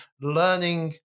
learning